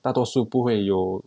大多数不会有